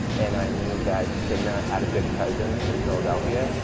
and i knew that cigna had a big presence in philadelphia,